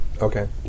Okay